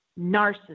narcissism